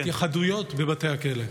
ההתייחדויות בבתי הכלא,